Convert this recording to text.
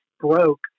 broke